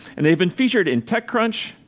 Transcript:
and they've been featured in techcrunch,